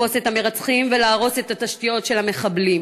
לתפוס את המרצחים ולהרוס את התשתיות של המחבלים.